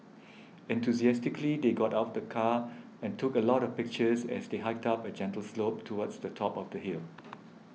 enthusiastically they got out of the car and took a lot of pictures as they hiked up a gentle slope towards the top of the hill